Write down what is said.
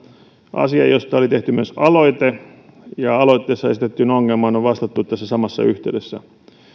asian josta oli tehty myös aloite ja aloitteessa esitettyyn ongelmaan on vastattu tässä samassa yhteydessä